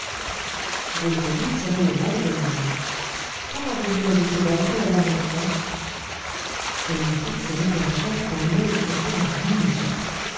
rouletabille se releva et demanda quand avez-vous lavé ces dalles pour la dernière fois et il fixait le père jacques d'un œil auquel rien n'échappe